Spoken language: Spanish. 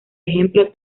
ejemplo